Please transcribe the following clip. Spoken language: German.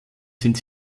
sind